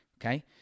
okay